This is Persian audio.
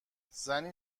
زنی